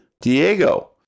Diego